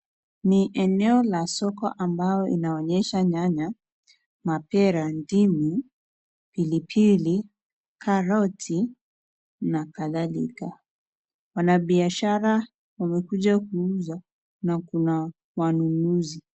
Ni eneo la soko ambao inaonyesha nyanya, mapera, ndimu, pilipili, karoti na kadhalika. Wanabiashara wamekuja kuuza na kuna wanunuzi.